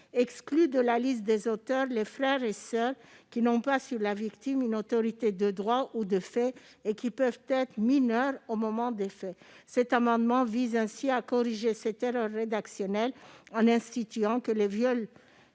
exclut de la liste des auteurs les frères et soeurs qui n'ont pas une autorité de droit ou de fait sur la victime, et qui peuvent être mineurs au moment des faits. Cet amendement vise à corriger cette erreur rédactionnelle en instituant que les viols